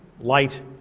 light